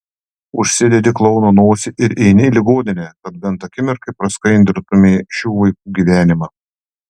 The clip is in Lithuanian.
užsidedi klouno nosį ir eini į ligoninę kad bent akimirkai praskaidrintumei šių vaikų gyvenimą